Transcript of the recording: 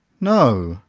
no!